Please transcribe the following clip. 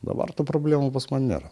dabar tų problemų pas man nėra